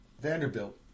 Vanderbilt